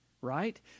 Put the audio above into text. right